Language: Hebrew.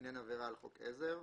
לעניין עבירה על חוק עזר,